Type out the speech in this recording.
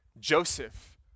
Joseph